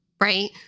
Right